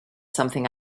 something